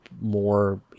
more